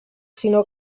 sinó